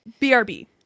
BRB